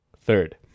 third